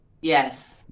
Yes